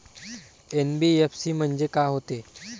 NBFC म्हणजे का होते?